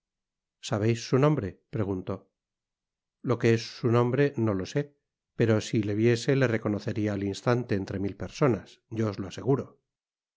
sabeis su nombre preguntó lo que es su nombre no lo sé pero si le viese le reconocerla al instante entre mil personas yo os lo aseguro